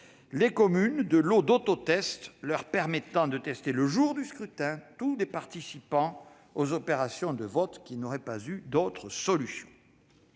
les communes de lots d'autotests leur permettant de tester, le jour du scrutin, tous les participants aux opérations de vote qui n'auraient pas eu d'autres solutions.